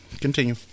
continue